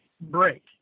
break